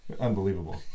Unbelievable